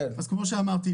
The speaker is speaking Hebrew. כמו שאמרתי,